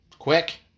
Quick